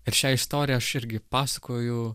ir šią istoriją aš irgi pasakoju